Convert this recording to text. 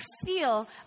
feel